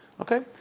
Okay